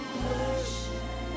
worship